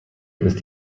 ist